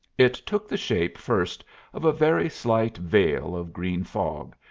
it took the shape first of a very slight veil of green fog,